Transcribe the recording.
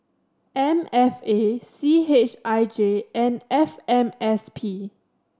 M F A C H I J and F M S P